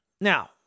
Now